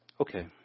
Okay